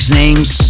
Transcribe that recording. names